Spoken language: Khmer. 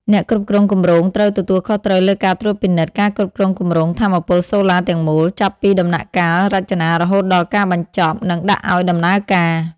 អ្នកគ្រប់គ្រងគម្រោងត្រូវទទួលខុសត្រូវលើការត្រួតពិនិត្យ ការគ្រប់គ្រងគម្រោងថាមពលសូឡាទាំងមូល ចាប់ពីដំណាក់កាលរចនារហូតដល់ការបញ្ចប់ និងដាក់ឱ្យដំណើរការ។